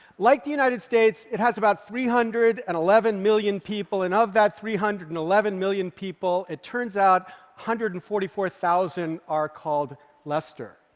like the united states, it has about three hundred and eleven million people, and of that three hundred and eleven million people, it turns out hundred and forty four thousand are called lester.